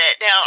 now